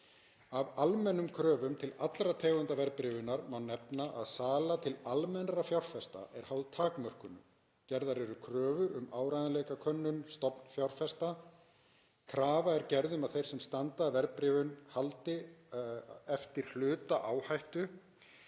Af almennum kröfum til allra tegunda verðbréfunar má nefna að sala til almennra fjárfesta er háð takmörkunum, gerðar eru kröfur um áreiðanleikakönnun stofnanafjárfesta, krafa er gerð um að þeir sem standa að verðbréfun haldi eftir hluta áhættu,